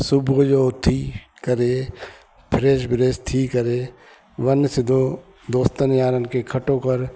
सुबुह जो उथी करे फ्रेश व्रेश थी करे वञु सिधो दोस्तनि यारनि खे इकठो कर